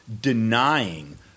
denying